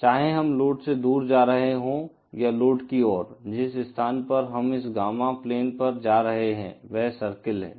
चाहे हम लोड से दूर जा रहे हों या लोड की ओर जिस स्थान पर हम इस गामा प्लेन पर जा रहे हैं वह सर्किल है